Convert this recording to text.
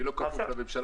אני לא כפוף לממשלה.